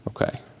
Okay